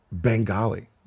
Bengali